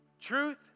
Truth